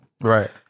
Right